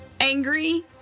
angry